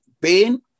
pain